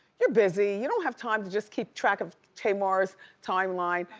you're busy, you don't have time to just keep track of tamar's timeline,